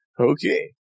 Okay